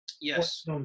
yes